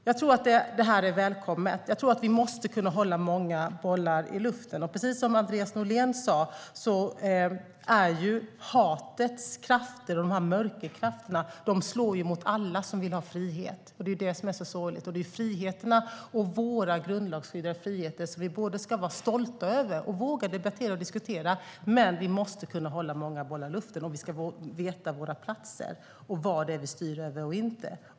Jag tror att detta är välkommet och att vi måste kunna hålla många bollar i luften. Precis som Andreas Norlén sa slår hatets krafter - mörkerkrafterna - mot alla som vill ha frihet. Det är detta som är så sorgligt. Det är våra grundlagsskyddade friheter som vi både ska vara stolta över och våga debattera och diskutera. Men vi måste kunna hålla många bollar i luften, och vi ska veta våra platser och vad det är vi styr över och inte.